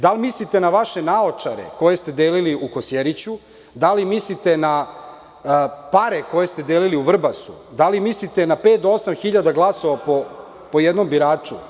Da li mislite na vaše naočare, koje ste delili u Kosjeriću, da li mislite na pare koje ste delili u Vrbasu, da li mislite na pet do osam hiljada glasova po jednom biraču?